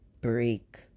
break